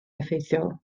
effeithiol